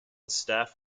staff